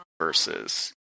Versus